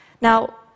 Now